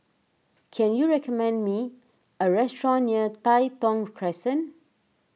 can you recommend me a restaurant near Tai Thong Crescent